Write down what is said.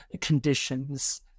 conditions